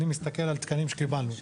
אני מסתכל על תקנים שקיבלנו.